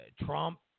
Trump